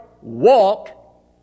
walk